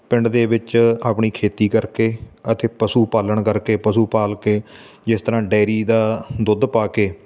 ਪਿੰਡ ਦੇ ਵਿੱਚ ਆਪਣੀ ਖੇਤੀ ਕਰਕੇ ਅਤੇ ਪਸ਼ੂ ਪਾਲਣ ਕਰਕੇ ਪਸ਼ੂ ਪਾਲ ਕੇ ਜਿਸ ਤਰ੍ਹਾਂ ਡੈਅਰੀ ਦਾ ਦੁੱਧ ਪਾ ਕੇ